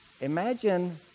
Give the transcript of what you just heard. imagine